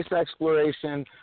exploration